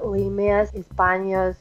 laimės ispanijos